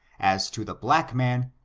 as to the black man,